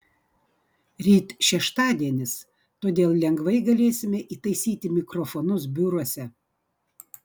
ryt šeštadienis todėl lengvai galėsime įtaisyti mikrofonus biuruose